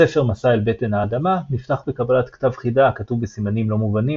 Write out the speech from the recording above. הספר "מסע אל בטן האדמה" נפתח בקבלת כתב חידה הכתוב בסימנים לא מובנים,